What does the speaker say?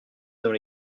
dans